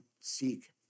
seek